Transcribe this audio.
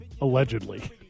allegedly